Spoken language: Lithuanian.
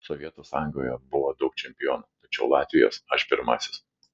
sovietų sąjungoje buvo daug čempionų tačiau latvijos aš pirmasis